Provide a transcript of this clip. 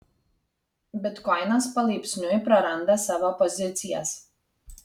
bitkoinas palaipsniui praranda savo pozicijas